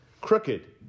crooked